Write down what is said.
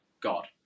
God